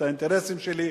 את האינטרסים שלי,